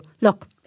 look